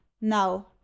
Now